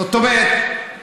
זאת אומרת,